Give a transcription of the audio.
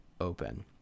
open